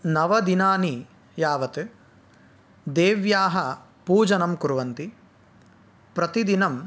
नव दिनानि यावत् देव्याः पूजनं कुर्वन्ति प्रतिदिनं